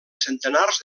centenars